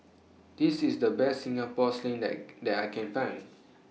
This IS The Best Singapore Sling that that I Can Find